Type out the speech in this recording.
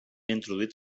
introduït